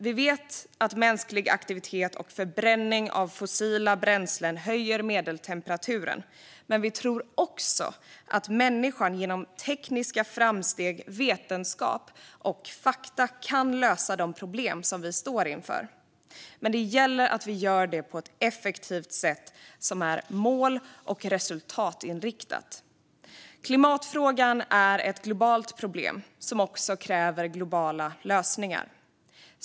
Vi vet att mänsklig aktivitet och förbränning av fossila bränslen höjer medeltemperaturen, men vi tror också att människan genom tekniska framsteg, vetenskap och fakta kan lösa de problem vi står inför. Men det gäller att vi gör det på ett effektivt sätt som är mål och resultatinriktat. Klimatfrågan är ett globalt problem som också kräver globala lösningar.